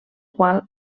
qual